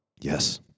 yes